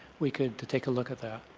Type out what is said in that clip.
we could take a look at that.